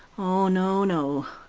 oh, no, no!